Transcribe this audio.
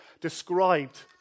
described